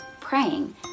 praying